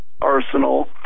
arsenal